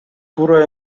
туура